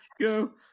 go